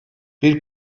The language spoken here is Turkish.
bir